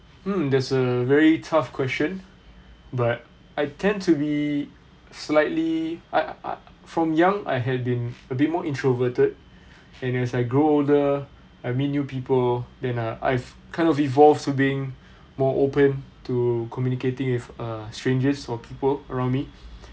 mm that's a very tough question but I tend to be slightly I I from young I had been a bit more introverted and as I grow older I meet new people then uh I've kind of evolved to being more open to communicating with uh strangers or people around me